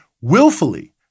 willfully